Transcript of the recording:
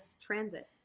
transit